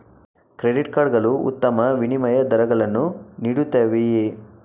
Credit card ಗಳು ಉತ್ತಮ ವಿನಿಮಯ ದರಗಳನ್ನು ನೀಡುತ್ತವೆಯೇ?